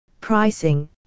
pricing